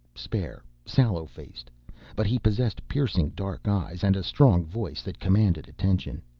spare, sallow-faced but he possessed piercing dark eyes and a strong voice that commanded attention.